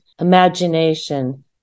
imagination